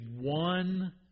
one